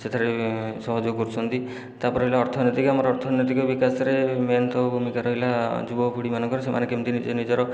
ସେଥିରେ ସହଯୋଗ କରୁଛନ୍ତି ତା'ପରେ ରହିଲା ଅର୍ଥନୀତିକ ଆମର ଅର୍ଥନୀତିକ ବିକାଶରେ ମେନ୍ ତ ଭୂମିକା ରହିଲା ଯୁବପିଢ଼ିମାନଙ୍କର ସେମାନେ କେମିତି ନିଜ ନିଜର